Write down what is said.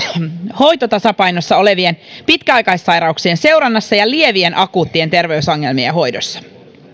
hoitotasapainossa olevien pitkäaikaissairauksien seurannassa ja lievien akuuttien terveysongelmien hoidossa